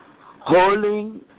Holding